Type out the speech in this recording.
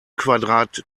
quadrat